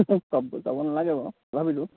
চাব নালাগে বাৰু তথাপিতো